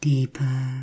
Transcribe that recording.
Deeper